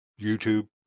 YouTube